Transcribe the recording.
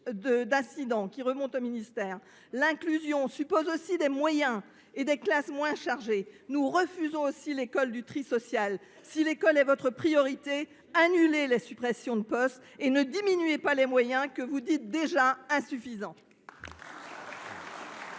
d’incident qui remontent au ministère. L’inclusion suppose des moyens et des classes moins chargées. Nous refusons l’école du tri social ! Si l’école est votre priorité, annulez les suppressions de postes et ne diminuez pas des moyens que vous estimez déjà insuffisants ! La parole est